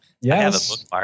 yes